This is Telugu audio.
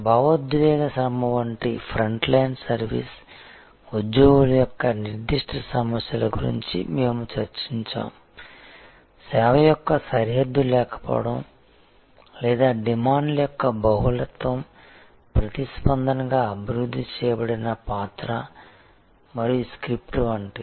భావోద్వేగ శ్రమ వంటి ఫ్రంట్ లైన్ సర్వీస్ ఉద్యోగుల యొక్క నిర్దిష్ట సమస్యల గురించి మేము చర్చించాము సేవ యొక్క సరిహద్దు లేకపోవడం లేదా డిమాండ్ల యొక్క బహుళత్వం ప్రతిస్పందనగా అభివృద్ధి చేయబడిన పాత్ర మరియు స్క్రిప్ట్ వంటివి